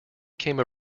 came